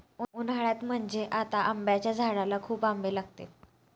उन्हाळ्यात म्हणजे आता आंब्याच्या झाडाला खूप आंबे लागतील